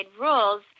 rules